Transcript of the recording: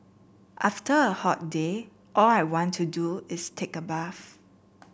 after a hot day all I want to do is take a bath